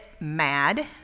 mad